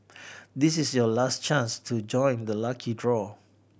this is your last chance to join the lucky draw